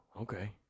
Okay